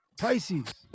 Pisces